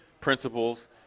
principles